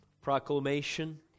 Proclamation